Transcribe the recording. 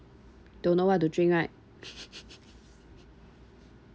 don't know what to drink right